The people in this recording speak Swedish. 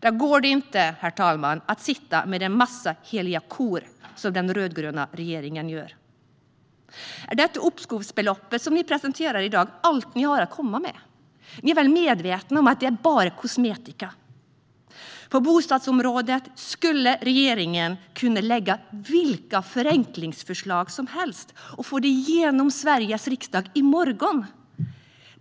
Då går det inte att sitta med en massa heliga kor, som den rödgröna regeringen gör. Är uppskovsbeloppet som ni presenterar i dag allt ni har att komma med? Är ni inte medvetna om att det bara är kosmetika? På bostadsområdet skulle regeringen kunna lägga fram vilka förenklingsförslag som helst och få igenom dem i Sveriges riksdag i morgon. Men